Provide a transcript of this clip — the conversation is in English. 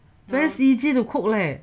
easy to cook leh